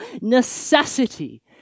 necessity